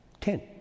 Ten